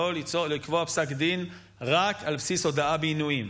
לא לקבוע פסק דין רק על בסיס הודאה בעינויים.